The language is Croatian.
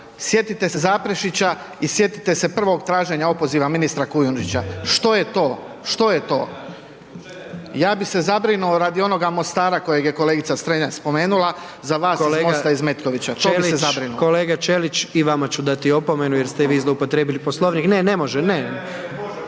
sjetite se Zaprešića i sjetite se prvog traženja opoziva ministra Kujundžića, što je to? Ja bih se zabrinuo radi onoga Mostara kojeg je kolegica Strenja spomenula za vas iz MOST-a iz Metkovića, to bi se zabrinuo. **Jandroković, Gordan (HDZ)** Kolega Čelić i vama ću dati opomenu jer ste i vi zloupotrijebili Poslovnik. Ne, ne može.